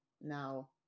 now